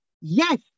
Yes